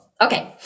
Okay